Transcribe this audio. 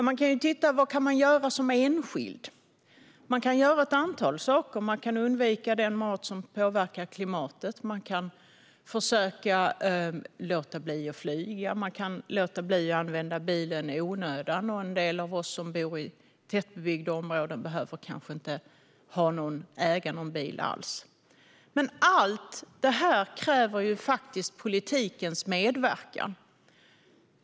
Man kan titta på: Vad kan man göra som enskild? Man kan göra ett antal saker. Man kan undvika den mat som påverkar klimatet. Man kan försöka låta bli att flyga. Man kan låta bli att använda bilen i onödan. En del av oss som bor i tättbebyggda områden behöver kanske inte äga någon bil alls. Men allt detta kräver faktiskt politikens medverkan.